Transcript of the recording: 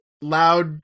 loud